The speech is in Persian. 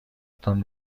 تان